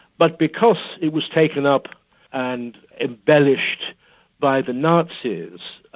but because it was taken up and embellished by the nazis,